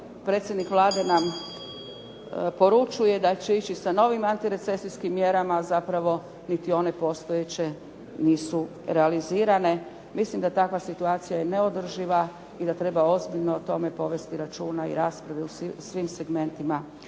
predsjednik Vlade nam poručuje da će ići sa novim antirecesijskim mjerama, zapravo niti one postojeće nisu realizirane. Mislim da takva situacija je neodrživa i da treba ozbiljno o tome povesti računa i rasprave u svim segmentima